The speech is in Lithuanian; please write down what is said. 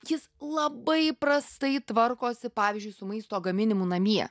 jis labai prastai tvarkosi pavyzdžiui su maisto gaminimu namie